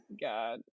god